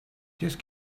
just